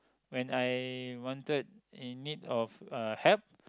when I wanted in need of uh help